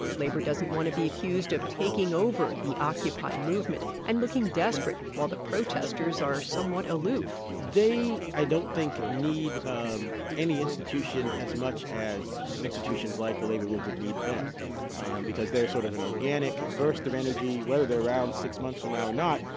labor doesn't want to be accused of taking over the occupy movement and looking desperate. while the protesters are somewhat aloof they i don't think need um any institutions as much as you know institutions like the labor movement needs them them because they're sort of an organic burst of energy, whether they're around six months from now or not,